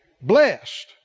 Blessed